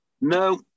No